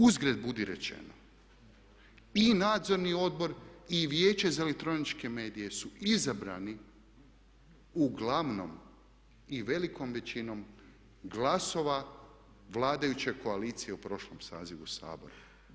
Uzgred budi rečeno, i Nadzorni odbor i Vijeće za elektroničke medije su izabrani uglavnom i velikom većinom glasova vladajuće koalicije u prošlom sazivu Sabora.